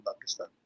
Pakistan